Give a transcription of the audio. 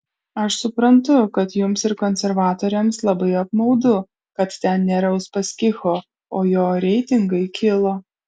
aš suprantu kad jums ir konservatoriams labai apmaudu kad ten nėra uspaskicho o jo reitingai kilo